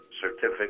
certificate